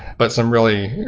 but some really,